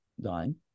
dying